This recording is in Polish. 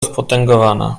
spotęgowana